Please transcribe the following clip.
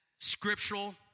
scriptural